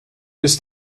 ist